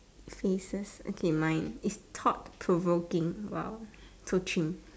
faces okay mine is thought provoking !wow! so chim